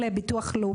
לביטוח הלאומי.